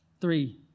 Three